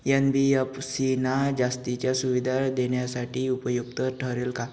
NBFC ना जास्तीच्या सुविधा देण्यासाठी उपयुक्त ठरेल का?